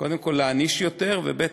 קודם כול להעניש יותר, וב.